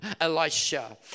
Elisha